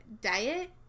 diet